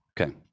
Okay